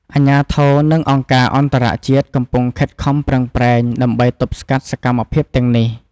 អាជ្ញាធរ និងអង្គការអន្តរជាតិកំពុងខិតខំប្រឹងប្រែងដើម្បីទប់ស្កាត់សកម្មភាពទាំងនេះ។